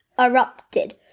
erupted